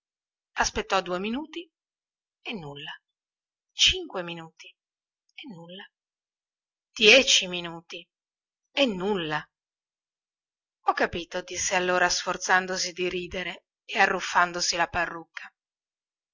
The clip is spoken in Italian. aspettò due minuti e nulla cinque minuti e nulla dieci minuti e nulla ho capito disse allora sforzandosi di ridere e arruffandosi la parrucca